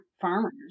farmers